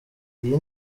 iyi